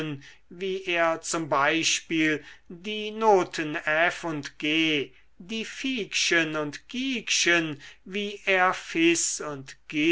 wie er z b die noten f und g die fiekchen und giekchen wie er fis und